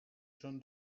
john